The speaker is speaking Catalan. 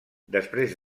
després